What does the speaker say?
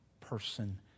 person